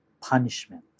punishment